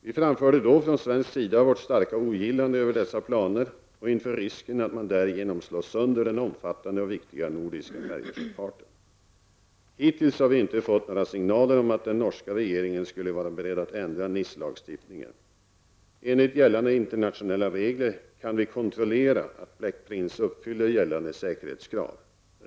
Vi framförde då från svensk sida vårt starka ogillande över dessa planer och inför risken att man därigenom slår sönder den omfattande och viktiga nordiska färjesjöfarten. Hittills har vi inte fått några signaler om att den noska regeringen skulle vara beredd att ändra NIS-lagstiftningen. Enligt gällande internationella regler kan vi kontrollera att Black Prince uppfyller gällande säkerhetskrav.